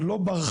אבל זה לא ברחן,